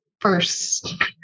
first